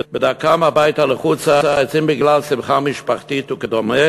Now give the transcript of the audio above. בדרכם הביתה לחוץ-לארץ בגלל שמחה משפחתית וכדומה